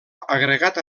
agregat